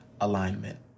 alignment